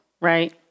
Right